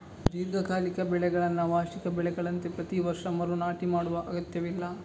ದೀರ್ಘಕಾಲಿಕ ಬೆಳೆಗಳನ್ನ ವಾರ್ಷಿಕ ಬೆಳೆಗಳಂತೆ ಪ್ರತಿ ವರ್ಷ ಮರು ನಾಟಿ ಮಾಡುವ ಅಗತ್ಯವಿಲ್ಲ